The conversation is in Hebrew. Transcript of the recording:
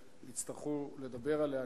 ויצטרכו לדבר עליה.